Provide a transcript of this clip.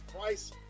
price